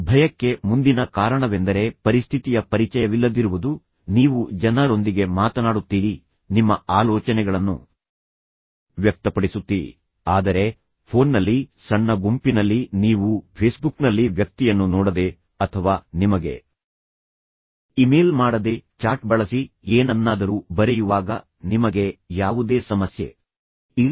ಭಯಕ್ಕೆ ಮುಂದಿನ ಕಾರಣವೆಂದರೆ ಪರಿಸ್ಥಿತಿಯ ಪರಿಚಯವಿಲ್ಲದಿರುವುದು ನೀವು ಜನರೊಂದಿಗೆ ಮಾತನಾಡುತ್ತೀರಿ ನಿಮ್ಮ ಆಲೋಚನೆಗಳನ್ನು ವ್ಯಕ್ತಪಡಿಸುತ್ತೀರಿ ಆದರೆ ಫೋನ್ನಲ್ಲಿ ಸಣ್ಣ ಗುಂಪಿನಲ್ಲಿ ನೀವು ಫೇಸ್ಬುಕ್ನಲ್ಲಿ ವ್ಯಕ್ತಿಯನ್ನು ನೋಡದೆ ಅಥವಾ ನಿಮಗೆ ಇಮೇಲ್ ಮಾಡದೆ ಚಾಟ್ ಬಳಸಿ ಏನನ್ನಾದರೂ ಬರೆಯುವಾಗ ನಿಮಗೆ ಯಾವುದೇ ಸಮಸ್ಯೆ ಇಲ್ಲ